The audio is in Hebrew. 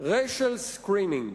racial screening.